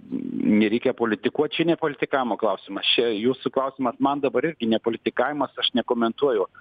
nereikia politikuot čia ne politikavimo klausimas čia jūsų klausimas man dabar irgi ne politikavimas aš nekomentuoju